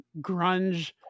grunge